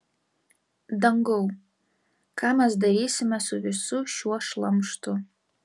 dangau ką mes darysime su visu šiuo šlamštu